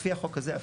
לפי החוק הזה אפילו,